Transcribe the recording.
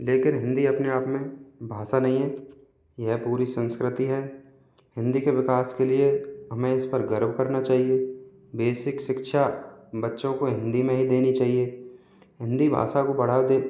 लेकिन हिंदी अपने आप में भाषा नहीं है यह पूरी संस्कृति है हिंदी के विकास के लिए हमें इस पर गर्व करना चाहिए बेसिक शिक्षा बच्चों को हिंदी में ही देनी चाहिए हिंदी भाषा को बढ़ावा दे